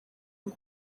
ngo